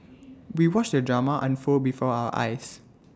we watched the drama unfold before our eyes